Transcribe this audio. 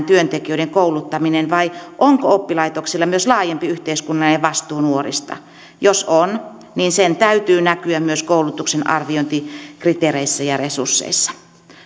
työntekijöiden kouluttaminen työelämään vai onko oppilaitoksilla myös laajempi yhteiskunnallinen vastuu nuorista jos on niin sen täytyy näkyä myös koulutuksen arviointikriteereissä ja resursseissa